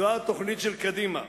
" זאת התוכנית של קדימה".